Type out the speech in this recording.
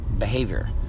Behavior